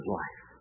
life